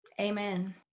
amen